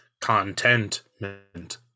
contentment